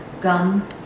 gum